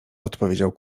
odpowiedział